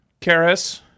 Karis